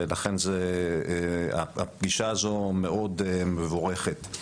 ולכן הפגישה הזאת מאוד מבורכת.